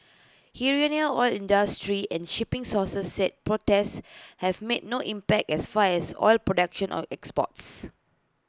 Iranian oil industry and shipping sources said protests have make no impact as far as oil prelection or exports